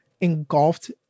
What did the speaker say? engulfed